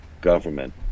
government